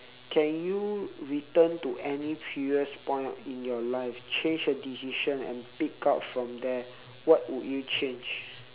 can you return to any previous point in your life change a decision and pick up from there what would you change